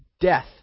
death